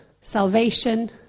salvation